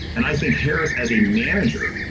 and i think harris as a manager,